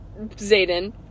Zayden